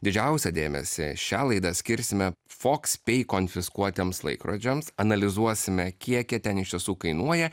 didžiausią dėmesį šią laidą skirsime fokspey konfiskuotiems laikrodžiams analizuosime kie jie ten iš tiesų kainuoja